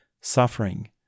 suffering